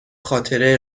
خاطره